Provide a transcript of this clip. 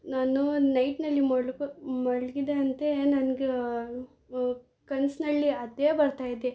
ನಾನು ನೈಟ್ನಲ್ಲಿ ಮಲ್ಗ್ ಮಲ್ಗಿದ್ದೆ ಅಂತೆ ನನ್ಗೆ ಕನಸ್ನಲ್ಲಿ ಅದೇ ಬರ್ತಾಯಿದೆ